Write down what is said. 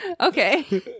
Okay